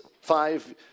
five